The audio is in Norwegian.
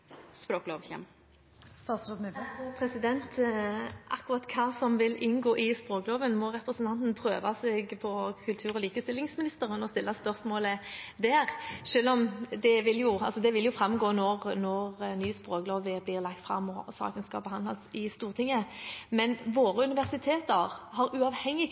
Akkurat hva som vil inngå i språkloven, må representanten stille spørsmål om til kultur- og likestillingsministeren, men det vil jo også framgå når den nye språkloven blir lagt fram og saken skal behandles i Stortinget. Våre universiteter har uavhengig